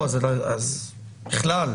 אז בכלל.